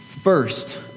First